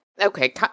okay